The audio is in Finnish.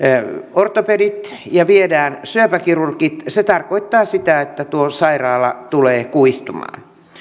ortopedit ja syöpäkirurgit se tarkoittaa sitä että tuo sairaala tulee kuihtumaan